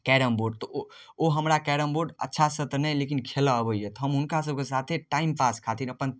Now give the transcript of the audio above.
carrom board तऽ ओ हमरा कैरम बोर्ड अच्छा सऽ तऽ नहि लेकिन खेलऽ अबैया हम हुनका सबके साथे टाइम पास खातिर अपन